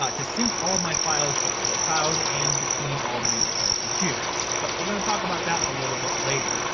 to sync all my files up to the cloud and between all my different computers. but we're gonna talk about that a little bit later.